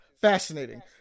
fascinating